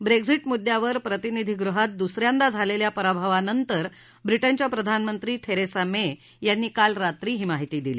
Brexit मुद्दयावर प्रतिनिधी गृहात दुस यांदा झालेल्या पराभवानंतर ब्रिटनच्या प्रधानमंत्री थेरेसा मे यांनी काल रात्री ही माहिती दिली